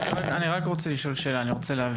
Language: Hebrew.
אני רוצה להבין: